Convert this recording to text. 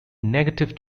negative